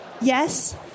Yes